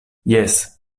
jes